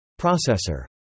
Processor